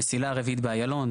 המסילה הרביעית באיילון.